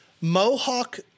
Mohawk